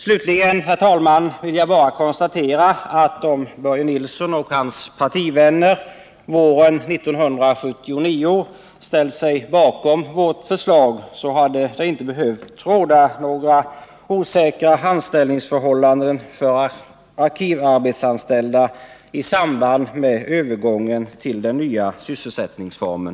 Slutligen, herr talman, vill jag bara konstatera att om Börje Nilsson och hans partivänner våren 1979 ställt sig bakom vårt förslag, hade det inte behövt råda några osäkra anställningsförhållanden för arkivarbetsanställda i samband med övergången till den nya sysselsättningsformen.